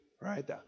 Right